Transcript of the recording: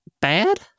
bad